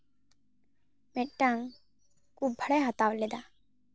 ᱢᱤᱫᱴᱟᱝ ᱠᱩᱵ ᱵᱷᱟᱬᱮᱭ ᱦᱟᱛᱟᱣ ᱞᱮᱫᱟ